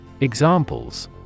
Examples